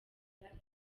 iwanjye